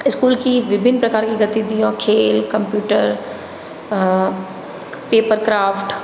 school की विभिन्न प्रकार की गतिविधियों खेल कंप्यूटर पेपर क्राफ्ट